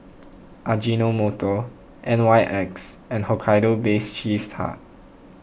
Ajinomoto N Y X and Hokkaido Baked Cheese Tart